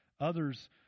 Others